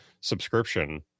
subscription